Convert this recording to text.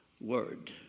word